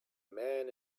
man